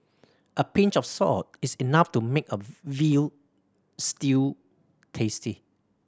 a pinch of salt is enough to make a veal stew tasty